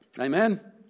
Amen